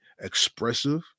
expressive